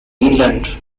england